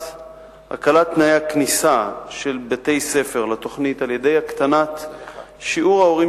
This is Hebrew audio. הקלת תנאי הכניסה של בתי-ספר לתוכנית על-ידי הקטנת שיעור ההורים